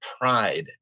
pride